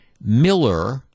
Miller